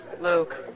Luke